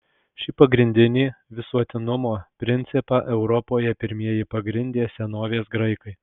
šį pagrindinį visuotinumo principą europoje pirmieji pagrindė senovės graikai